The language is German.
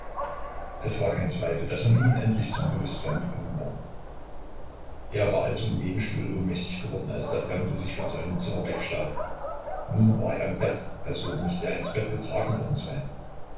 es war kein zweifel daß er nun endlich zum bewußtsein gekommen war er war also im lehnstuhl ohnmächtig geworden als der fremde sich von seinem zimmer wegstahl nun war er im bett also mußte er ins bett getragen worden sein